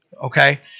okay